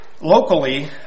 Locally